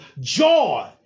Joy